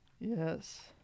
Yes